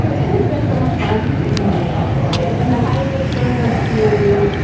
it? it has been so much fun being here at slate. and the hiatus served us to,